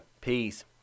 Peace